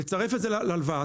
לצרף את זה להלוואה,